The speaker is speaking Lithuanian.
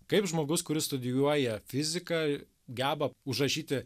kaip žmogus kuris studijuoja fiziką geba užrašyti